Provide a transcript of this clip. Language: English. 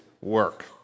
work